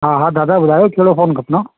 हा हा दादा ॿुधायो कहिड़ो फ़ोन खपनव